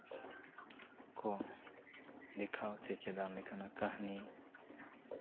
ᱠᱚ ᱫᱮᱠᱷᱟᱣ ᱥᱮ ᱥᱮᱪᱮᱫᱟᱜ ᱞᱮᱠᱟᱱᱟᱜ ᱠᱟᱹᱦᱱᱤ